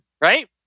right